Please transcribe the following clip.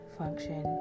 function